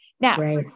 Now